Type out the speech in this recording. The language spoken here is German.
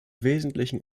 wesentlichen